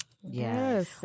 Yes